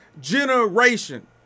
generation